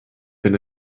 been